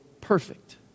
perfect